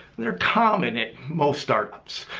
they're common at most startups.